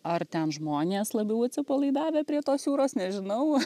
ar ten žmonės labiau atsipalaidavę prie tos jūros nežinau